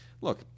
Look